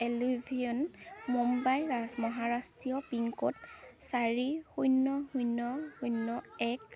alluvion Mumbai Maharashtra pin code চাৰি শূন্য শূন্য শূন্য এক